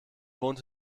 wohnt